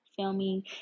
filming